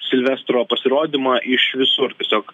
silvestro pasirodymą iš visur tiesiog